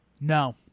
No